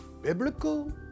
Biblical